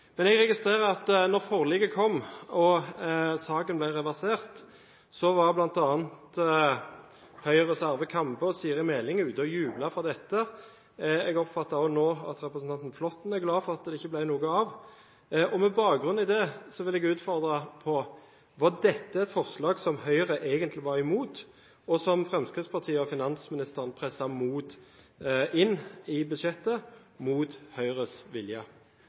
Men jeg registrerte at da forliket kom og saken ble reversert, var bl.a. Høyres Arve Kambe og Siri Meling ute og jublet for dette. Jeg oppfatter også nå at representanten Flåtten er glad for at det ikke ble noe av, og med bakgrunn i det vil jeg utfordre på følgende: Var dette et forslag som Høyre egentlig var imot, og som Fremskrittspartiet og finansministeren presset inn i budsjettet mot Høyres vilje?